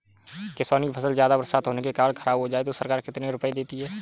किसानों की फसल ज्यादा बरसात होने के कारण खराब हो जाए तो सरकार कितने रुपये देती है?